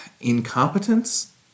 incompetence